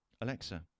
Alexa